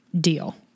deal